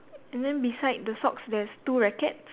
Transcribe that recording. and then beside the socks there's two rackets